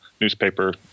newspaper